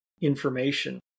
information